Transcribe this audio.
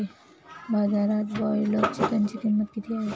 बाजारात ब्रॉयलर चिकनची किंमत किती आहे?